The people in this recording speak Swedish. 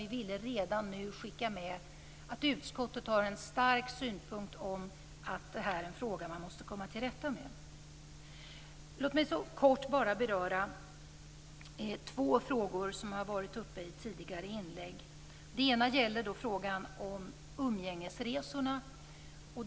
Vi ville redan nu skicka med att utskottet har en stark synpunkt om att det här är en fråga som man måste komma till rätta med. Låt mig så kort bara beröra två frågor som har varit uppe i tidigare inlägg. Den ena gäller umgängesresorna.